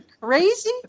crazy